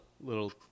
little